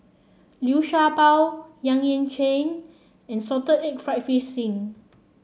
Liu Sha Bao Yang Ying Ching and Salted Egg fried fish skin